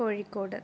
Kozhikode